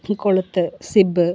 കൊളുത്ത് zip